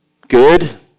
good